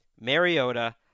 Mariota